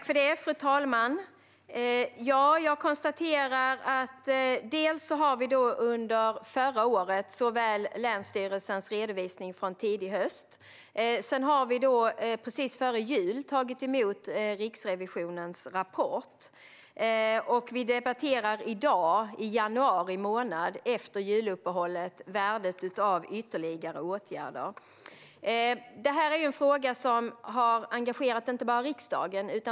Fru talman! Jag konstaterar att under förra året fanns länsstyrelsens redovisning tillgänglig från tidig höst. Precis före jul tog vi emot Riksrevisionens rapport. Vi debatterar i dag, i januari månad efter juluppehållet, värdet av ytterligare åtgärder. Detta är en fråga som har engagerat inte bara riksdagen.